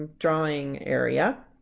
drawing area,